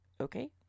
okay